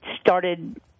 started